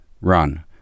run